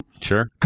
Sure